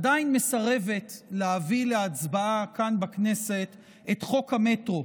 עדיין מסרבת להביא להצבעה כאן בכנסת את חוק המטרו,